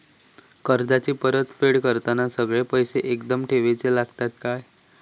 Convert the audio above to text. कर्जाची परत फेड करताना सगळे पैसे एकदम देवचे लागतत काय?